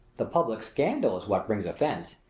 the public scandal is what brings offence,